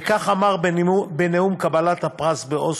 וכך אמר בנאום קבלת הפרס באוסלו: